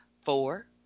four